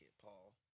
Paul